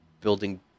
building